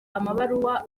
amabaruwa